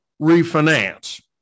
refinance